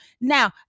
Now